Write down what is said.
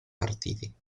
partiti